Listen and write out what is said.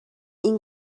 این